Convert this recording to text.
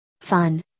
Fun